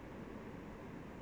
so sweet